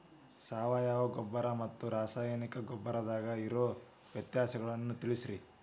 ಸಾವಯವ ಗೊಬ್ಬರ ಮತ್ತ ರಾಸಾಯನಿಕ ಗೊಬ್ಬರದಾಗ ಇರೋ ವ್ಯತ್ಯಾಸಗಳನ್ನ ತಿಳಸ್ರಿ